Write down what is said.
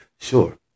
Sure